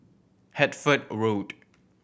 Hertford Road